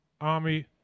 Army